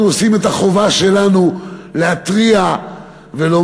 אנחנו עושים את החובה שלנו להתריע ולומר: